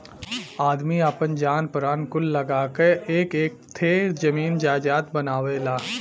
आदमी आपन जान परान कुल लगा क एक एक ठे जमीन जायजात बनावेला